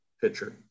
pitcher